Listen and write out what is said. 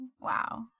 Wow